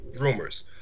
rumors